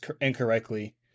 incorrectly